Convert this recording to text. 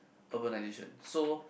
urbanization so